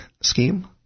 scheme